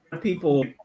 people